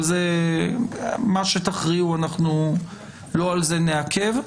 מה שתכריעו, לא בגין זה אנחנו לא נעכב.